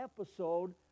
episode